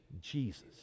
Jesus